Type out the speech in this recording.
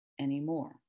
anymore